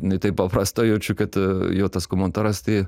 ne taip paprasta jaučiu kad jo tas komentaras tai